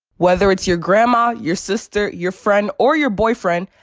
whether it's your grandma, your sister, your friend, or your boyfriend,